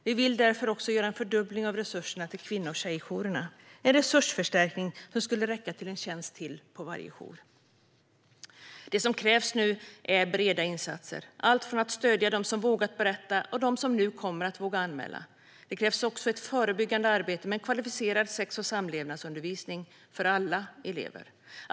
Vi vill därför göra en fördubbling av resurserna till kvinno och tjejjourerna, en resursförstärkning som skulle räcka till ytterligare en tjänst på varje jour. Det som krävs nu är breda insatser, allt från att stödja dem som har vågat berätta till att stödja dem som nu kommer att våga anmäla. Det krävs också ett förebyggande arbete med kvalificerad sex och samlevnadsundervisning för alla elever.